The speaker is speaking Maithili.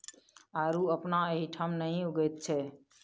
आड़ू अपना एहिठाम नहि उगैत छै